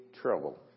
trouble